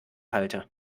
halte